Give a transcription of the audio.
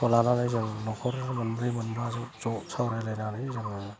खौ लानानै जों न'खर मोनब्रै मोनबा जों ज' सावरायलायनानै जोङो